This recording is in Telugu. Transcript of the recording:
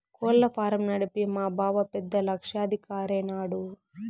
కోళ్ల ఫారం నడిపి మా బావ పెద్ద లక్షాధికారైన నాడు